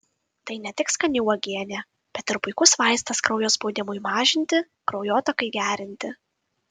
tai ne tik skani uogienė bet ir puikus vaistas kraujo spaudimui mažinti kraujotakai gerinti